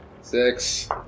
six